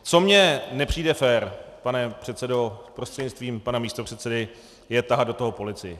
Co mě nepřijde fér, pane předsedo prostřednictvím pana místopředsedy, je tahat do toho policii.